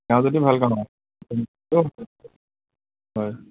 তেওঁ যদি ভাল হয়